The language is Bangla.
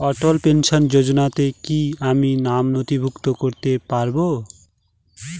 অটল পেনশন যোজনাতে কি আমি নাম নথিভুক্ত করতে পারবো?